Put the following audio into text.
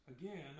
Again